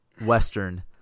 Western